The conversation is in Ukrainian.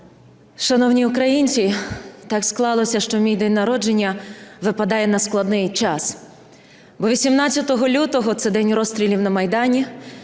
Шановні українці, так склалося, що мій день народження випадає на складний час. Бо 18 лютого – це день розстрілів на Майдані,